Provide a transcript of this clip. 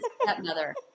stepmother